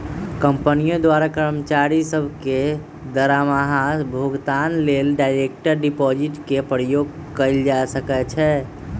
कंपनियों द्वारा कर्मचारि सभ के दरमाहा भुगतान लेल डायरेक्ट डिपाजिट के प्रयोग कएल जा सकै छै